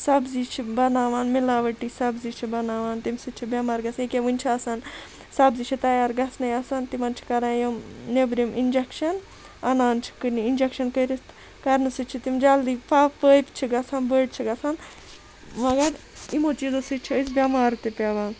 سَبزی چھِ بَناوان مِلاؤٹی سَبزی چھِ بَناوان تمہِ سۭتۍ چھِ بیٚمار گَژھان اکیاہ وٕنہِ چھِ آسان سَبزی چھِ تَیار گَژھنَے آسان تِمَن چھِ کَران یِم نٮ۪برِم اِنجکشَن اَنان چھِ کٕننہِ اِنجکشَن کٔرِتھ کَرنہٕ سۭتۍ چھِ تِم جَلدی پٔپۍ چھِ گَژھان بٔڑ چھِ گَژھان مَگَر یِمو چیٖزو سۭتۍ چھِ أسۍ بیٚمار تہِ پیٚوان